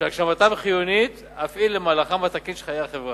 "שהגשמתם חיונית אף היא למהלכם התקין של חיי החברה".